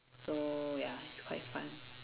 so ya it's quite fun